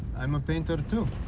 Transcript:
i'm a painter, too.